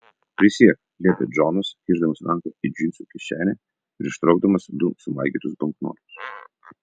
prisiek liepė džonas kišdamas ranką į džinsų kišenę ir ištraukdamas du sumaigytus banknotus